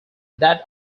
that